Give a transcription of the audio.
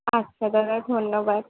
আচ্ছা দাদা ধন্যবাদ